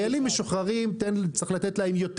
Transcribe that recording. לחיילים משוחררים צריך לתת יותר.